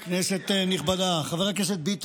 חברי הכנסת,